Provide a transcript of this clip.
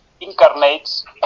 incarnates